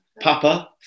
Papa